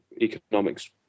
economics